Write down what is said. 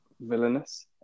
villainous